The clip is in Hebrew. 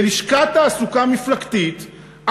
ללשכת תעסוקה מפלגתית,